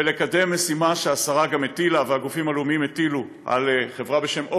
לקדם משימה שהשרה והגופים הלאומיים הטילו על חברה בשם אופק,